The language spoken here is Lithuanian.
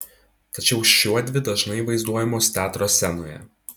tačiau šiuodvi dažnai vaizduojamos teatro scenoje